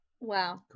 Wow